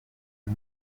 est